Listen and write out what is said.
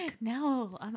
no